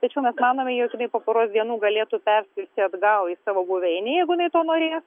tačiau mes manome jog jinai po poros dienų galėtų perskristi atgal į savo buveinę jeigu jinai to norės